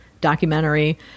documentary